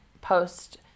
post